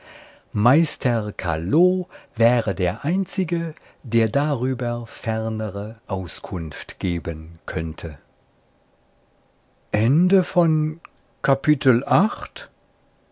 meister callot wäre der einzige der darüber fernere auskunft geben könnte